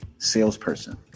Salesperson